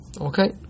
Okay